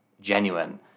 genuine